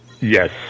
yes